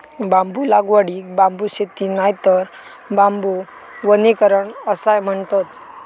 बांबू लागवडीक बांबू शेती नायतर बांबू वनीकरण असाय म्हणतत